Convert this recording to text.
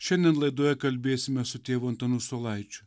šiandien laidoje kalbėsime su tėvu antanu saulaičiu